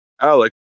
Alex